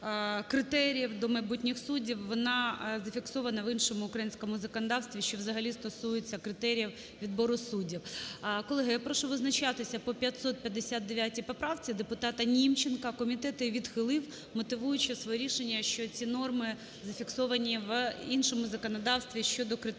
критеріїв до майбутніх суддів вона зафіксована в іншому українському законодавстві, що взагалі стосується критеріїв відбору суддів. Колеги, я прошу визначатися по 559 поправці депутатаНімченка. Комітет її відхилив, мотивуючи своє рішення, що ці норми зафіксовані в іншому законодавстві щодо критеріїв